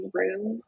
room